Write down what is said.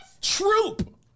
Troop